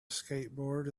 skateboard